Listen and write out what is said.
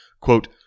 quote